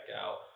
out